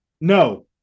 No